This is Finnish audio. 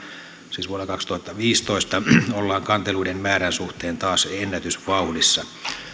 siis vuonna kaksituhattaviisitoista ollaan kanteluiden määrän suhteen taas ennätysvauhdissa